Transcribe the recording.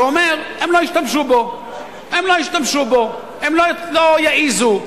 שאומר: הם לא ישתמשו בו, הם לא יעזו,